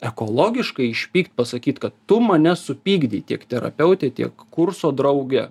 ekologiška išpykt pasakyt kad tu mane supykdei tiek terapeutei tiek kurso drauge